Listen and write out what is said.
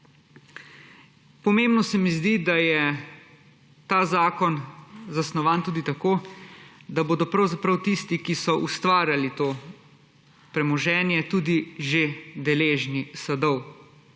Pomembno se mi zdi, da je ta zakon zasnovan tudi tako, da bodo pravzaprav tisti, ki so ustvarjali to premoženje, tudi že deležni sadov